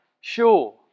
sure